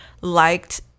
liked